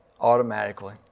automatically